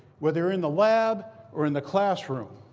whether in the lab or in the classroom,